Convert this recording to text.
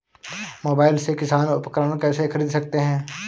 Mobile से किसान उपकरण कैसे ख़रीद सकते है?